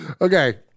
Okay